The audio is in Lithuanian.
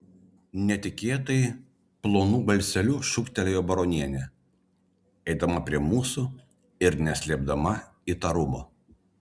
netikėtai plonu balseliu šūktelėjo baronienė eidama prie mūsų ir neslėpdama įtarumo